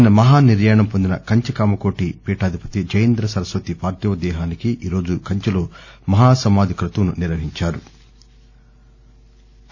నిన్న మహా నిర్యాణం పొందిన కంచి కామకోటి పీఠాధిపతి జయేంద్ర సరస్వతి పార్లివ దేహానికి ఈరోజు కంచిలో మహా సమాధి క్రతువును నిర్వహించారు